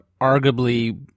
arguably